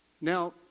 Now